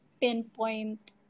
pinpoint